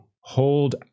hold